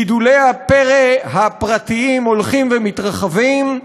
גידולי הפרא הפרטיים הולכים ומתרחבים.